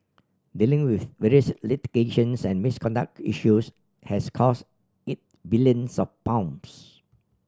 dealing with various litigations and misconduct issues has cost it billions of pounds